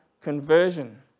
conversion